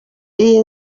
iyi